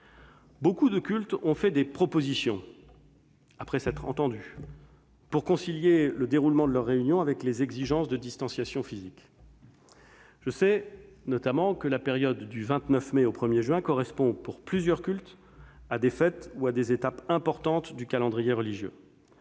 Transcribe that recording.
de culte ont fait des propositions, après s'être entendus, pour concilier le déroulement de leurs réunions avec les exigences de distanciation physique. Je sais, notamment, que la période du 29 mai au 1 juin correspond pour plusieurs cultes à des fêtes ou à des étapes importantes du calendrier religieux.